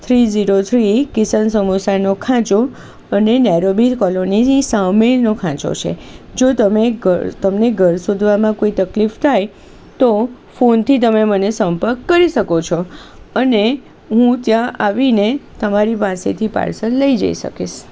three zero three Kishan સમોસાનો ખાંચો અને નેરોબી કોલોનીની સામેનો ખાંચો છે જો તમે ઘર તમને ઘર શોધવામાં કોઈ તકલીફ થાય તો ફોનથી તમે મને સંપર્ક કરી શકો છો અને હું ત્યાં આવી ને તમારી પાસેથી પાર્સલ લઈ જઈ શકીશ